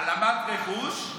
העלמת רכוש,